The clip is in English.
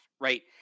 right